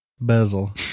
bezel